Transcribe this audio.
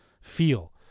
feel